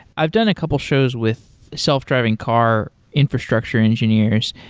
i've done a couple of shows with self-driving car infrastructure engineers.